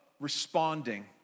Responding